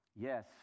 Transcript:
Yes